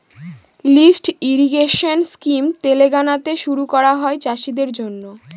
lift irrigation scheme তেলেঙ্গানাতে শুরু করা হয় চাষীদের জন্য